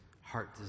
heart